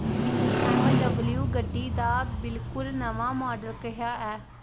बी M W गड्डी दा बिलकुल नमां मॉडल केह् ऐ